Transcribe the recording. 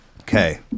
Okay